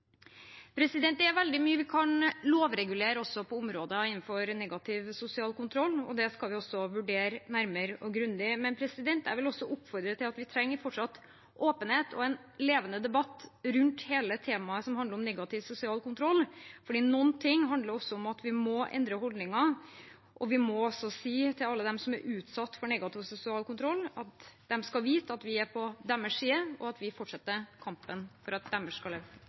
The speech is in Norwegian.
Det er veldig mye vi kan lovregulere på områder innenfor negativ sosial kontroll, og det skal vi også vurdere nærmere og grundig. Men jeg vil også oppfordre til åpenhet og en levende debatt rundt hele temaet som handler om negativ sosial kontroll. Noen ting handler om at vi må endre holdninger, og vi må si til alle dem som er utsatt for negativ sosial kontroll, at de skal vite at vi er på deres side, og at vi fortsetter kampen for at de skal kunne leve